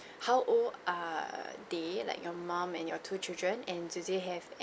how old are they like your mum and your two children and do they have